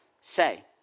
say